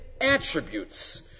Attributes